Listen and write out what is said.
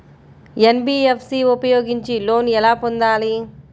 NBFC ఉపయోగించి loan ఎలా పొందాలి?